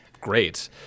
great